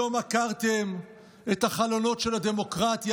היום עקרתם את החלונות של הדמוקרטיה,